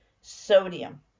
sodium